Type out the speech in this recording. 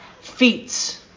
feats